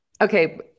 Okay